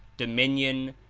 dominion,